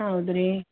ಹೌದ್ರೀ